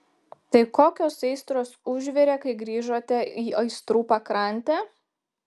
tai kokios aistros užvirė kai grįžote į aistrų pakrantę